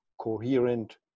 coherent